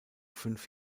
fünf